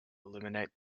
eliminate